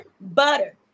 butter